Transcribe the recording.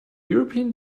european